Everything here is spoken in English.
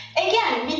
again,